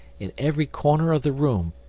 in every corner of the room,